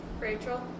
Rachel